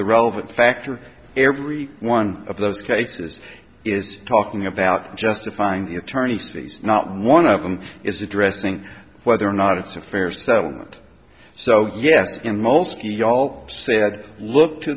the relevant factor every one of those cases is talking about justifying the attorney's fees not one of them is addressing whether or not it's a fair settlement so yes and mostly all said look to